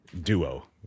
duo